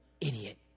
idiot